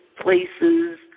places